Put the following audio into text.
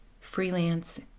Freelance